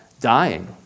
dying